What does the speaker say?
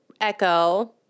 Echo